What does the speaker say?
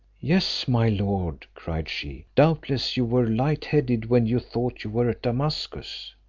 yes, my lord, cried she, doubtless you were light-headed when you thought you were at damascus.